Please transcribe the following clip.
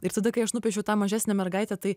ir tada kai aš nupiešiau tą mažesnę mergaitę tai